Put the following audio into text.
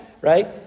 right